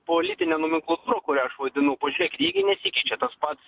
politinę nomenklatūrą kurią aš vadinu pažiūrėkit ji gi nesikeičia tas pats